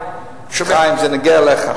זה נוגע אליך.